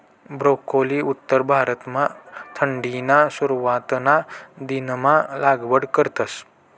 broccoli उत्तर भारतमा थंडीना सुरवातना दिनमा लागवड करतस